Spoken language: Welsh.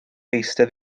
eistedd